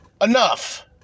enough